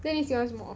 then 你喜欢什么